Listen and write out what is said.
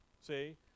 See